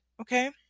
okay